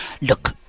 Look